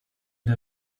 der